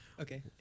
Okay